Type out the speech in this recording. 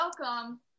Welcome